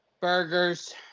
burgers